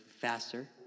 faster